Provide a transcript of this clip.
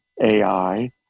ai